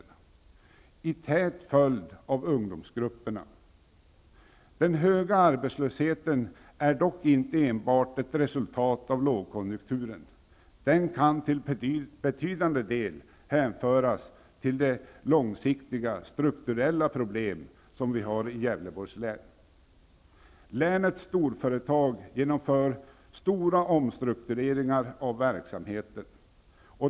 De är tätt följda av ungdomsgrupperna. Den höga arbetslösheten är dock inte enbart ett resultat av lågkonjunkturen. Den kan till betydande del hänföras till de långsiktiga strukturella problem som vi har i Gävleborgs län. Länets storföretag genomför stora omstruktureringar av verksamheten.